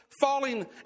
falling